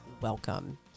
welcome